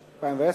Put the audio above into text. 2010,